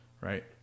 right